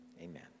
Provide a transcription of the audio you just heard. amen